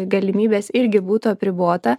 galimybes irgi būtų apribota